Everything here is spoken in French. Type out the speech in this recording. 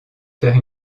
faire